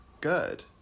good